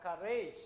courage